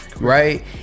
right